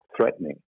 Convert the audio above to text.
threatening